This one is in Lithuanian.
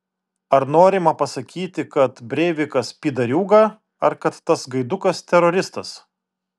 ar norima pasakyti kad breivikas pydariūga ar kad tas gaidukas teroristas